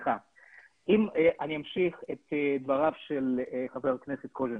אם אני אמשיך את דבריו של חבר הכנסת קוז'ינוב,